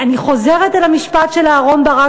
אני חוזרת על המשפט של אהרן ברק,